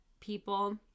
people